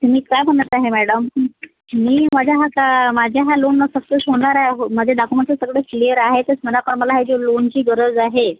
मी काय म्हणत आहे मॅडम मी माझ्या हाता माझ्या ह्या लोननं सक्सेस होणार आहे माझे डाकुमेंटस सगळे क्लीअर आहेतच मला का मला ह्याची लोनची गरज आहे